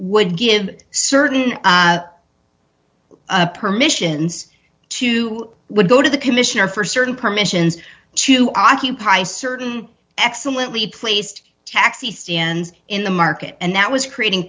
would give certain permissions to would go to the commissioner for certain permissions to occupy certain excellently placed taxi stands in the market and that was creating